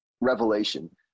revelation